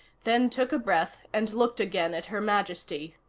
then took a breath and looked again at her majesty.